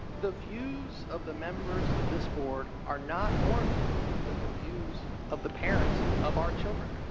the views of the members of this board are not more important than the views of the parents of our children.